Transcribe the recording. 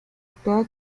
actuaba